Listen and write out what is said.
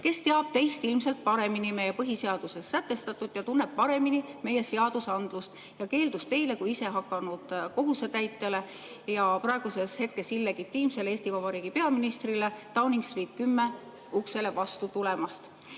kes teab teist ilmselt paremini meie põhiseaduses sätestatut ja tunneb paremini meie seadusandlust, keeldudes teile kui isehakanud kohusetäitjale ja praegusel hetkel illegitiimsele Eesti Vabariigi peaministrile Downing Street 10 uksele vastu tulemast,